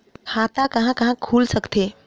खाता कहा कहा खुल सकथे?